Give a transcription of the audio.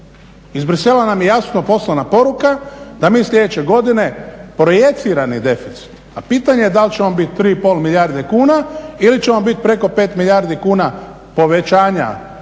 Iz Bruxellesa nam je jasno poslana poruka da mi sljedeće godine projicirani deficit, a pitanje je dal će on bit 3,5 milijarde kuna ili će on bit preko 5 milijardi kuna povećanja